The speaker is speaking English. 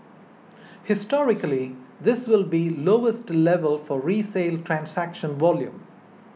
historically this will be lowest level for resale transaction volume